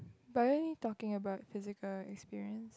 but aren't you talking about physical experience